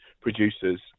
producers